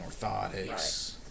orthotics